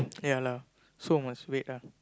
yeah lah so must wait lah